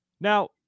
Now